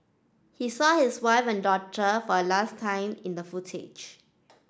he saw his wife and daughter for a last time in the footage